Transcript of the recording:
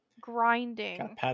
grinding